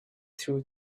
through